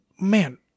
Man